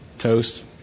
Toast